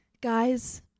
guys